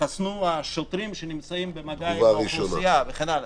יתחסנו השוטרים שנמצאים במגע עם האוכלוסייה.